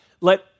let